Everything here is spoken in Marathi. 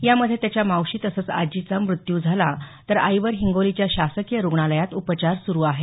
यामध्ये त्याच्या मावशी तसंच आजीचा मृत्यू झाला तर आईवर हिंगोलीच्या शासकीय रुग्णालयात उपचार सुरु आहेत